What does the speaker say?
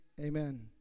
Amen